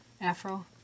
afro